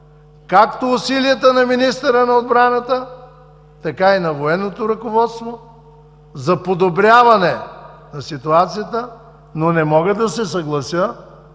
както усилията на министъра на отбраната, така и на военното ръководство за подобряване на ситуацията, но не мога да се съглася